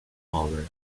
over